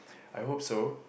I hope so